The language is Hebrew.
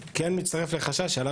אני כן מצטרף לחשש שהעלו אחרים,